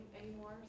anymore